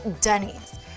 denny's